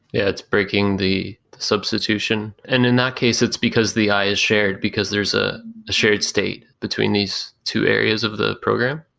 it's breaking the substation, and in that case it's because the i is shared, because there's a shared state between these two areas of the program.